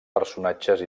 personatges